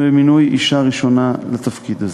ומינוי אישה ראשונה לתפקיד הזה.